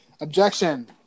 objection